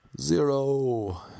Zero